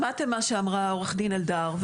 שמעתם מה שאמרה עו"ד אלדר.